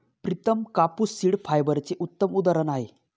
प्रितम कापूस सीड फायबरचे उत्तम उदाहरण आहे